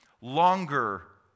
longer